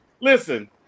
listen